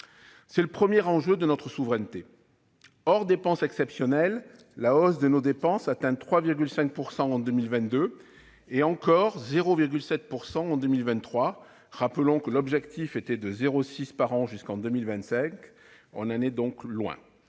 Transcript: C'est le premier enjeu de souveraineté ! Hors dépenses exceptionnelles, la hausse de nos dépenses atteint 3,5 % en 2022 ; elle sera encore de 0,7 % en 2023. Rappelons que l'objectif était de 0,6 % par an jusqu'en 2027 : on en est donc loin